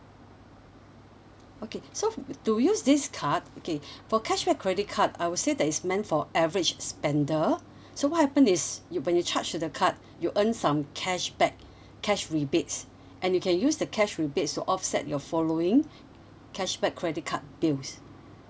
okay so to use this card okay for cashback credit card I would say that it's meant for average spender so what happen is you when you charge to the card you earn some cashback cash rebates and you can use the cash rebate to offset your following cashback credit card bills